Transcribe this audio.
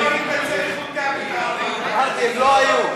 ממילא הם לא היו.